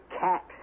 cat